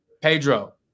Pedro